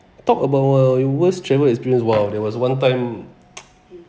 talk about uh your worst travel experience !wow! there was one time